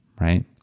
right